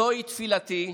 זוהי תפילתי.